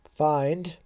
find